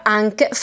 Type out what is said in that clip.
anche